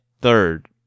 third